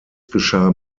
geschah